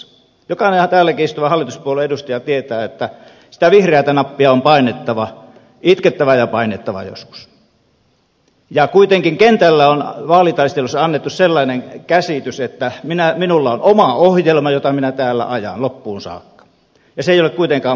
jokainenhan täälläkin istuva hallituspuolueen edustaja tietää että sitä vihreätä nappia on painettava joskus itkettävä ja painettava ja kuitenkin kentällä on vaalitaistelussa annettu sellainen käsitys että minulla on oma ohjelma jota minä täällä ajan loppuun saakka ja se ei ole kuitenkaan mahdollista